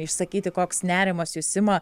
išsakyti koks nerimas jus ima